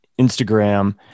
Instagram